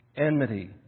Enmity